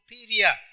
superior